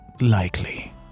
likely